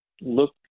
look